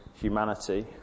humanity